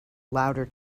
louder